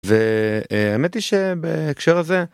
והאמת היא שבהקשר הזה.